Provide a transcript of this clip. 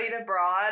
abroad